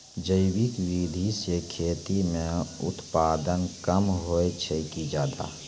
जैविक विधि से खेती म उत्पादन कम होय छै कि ज्यादा?